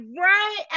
right